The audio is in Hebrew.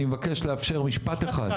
אני מבקש לאפשר משפט אחד,